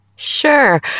Sure